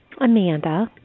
Amanda